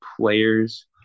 players